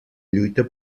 lluita